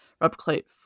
replicate